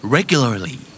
Regularly